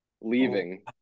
leaving